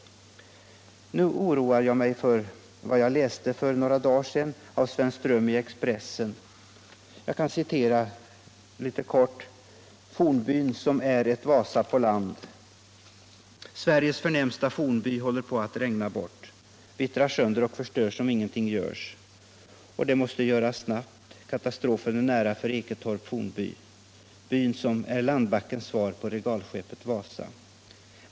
Nu oroar jag mig för vad Jag läste i tidningen Expressen för några dagar sedan. Jag kan här helt kort citera vad Sven Ström då skrev: "Sveriges förnämsta fornby håller på att regna bort! Vittrar sönder och förstörs om ingenting görs. Och det måste göras snabbt, katastrofen är nära för Eketorp fornby. -=-- Byn som är landbackens svar på regalskeppet "Wasa".